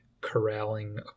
corralling